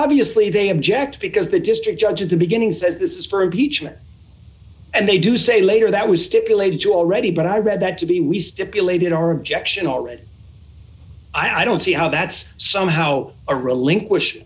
obviously they objected because the district judge of the beginning says this is for a beach and they do say later that was stipulated to already but i read that to be we stipulated our objection already i don't see how that's somehow a relinquish